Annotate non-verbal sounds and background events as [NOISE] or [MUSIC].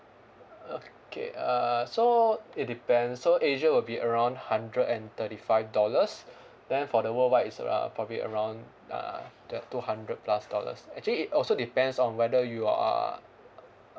okay uh so it depends so asia will be around hundred and thirty five dollars [BREATH] then for the worldwide it's around probably around uh two two hundred plus dollars actually it also depends on whether you are uh